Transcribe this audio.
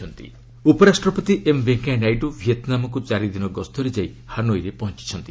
VP Vietnam ଉପରାଷ୍ଟ୍ରପତି M Venkaiah Naidu ଭିଏତନାମକୁ ଚାରି ଦିନ ଗସ୍ତରେ ଯାଇ ହାନୋଇରେ ପହଞ୍ଚିଛନ୍ତି